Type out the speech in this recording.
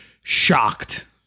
shocked